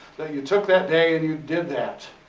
that you took that day and you did that.